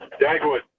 Dagwood